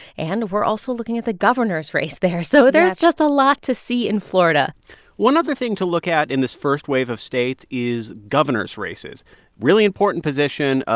and we're also looking at the governor's race there. so there's just a lot to see in florida one other thing to look at in this first wave of states is governor's races really important position.